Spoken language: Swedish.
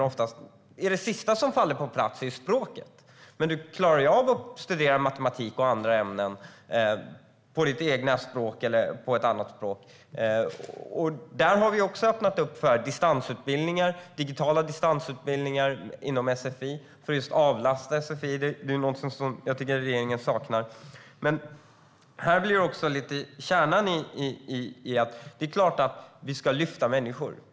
Ofta är det sista som faller på plats just svenska språket, men man klarar att studera matematik eller andra ämnen på sitt eget språk eller något annat språk. Vi har öppnat för digitala distansutbildningar inom sfi för att just avlasta sfi. Det är något jag tycker att regeringen saknar. Det är klart att vi ska lyfta människor.